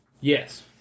yes